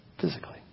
physically